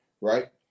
Right